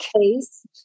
case